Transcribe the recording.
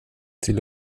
till